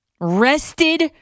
rested